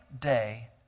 day